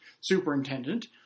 superintendent